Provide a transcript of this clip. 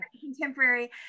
contemporary